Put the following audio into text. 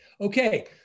Okay